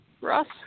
Russ